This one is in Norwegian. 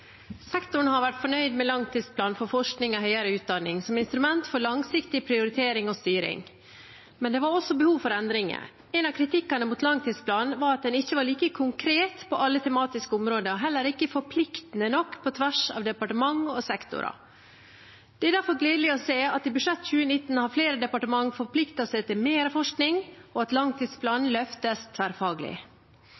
Sektoren har vært fornøyd med langtidsplanen for forskning og høyere utdanning som instrument for langsiktig prioritering og styring. Men det var også behov for endringer. Noe av kritikken mot langtidsplanen var at den ikke var like konkret på alle tematiske områder, heller ikke forpliktende nok på tvers av departement og sektorer. Det er derfor gledelig å se at i budsjettet for 2019 har flere departement forpliktet seg til mer forskning, og at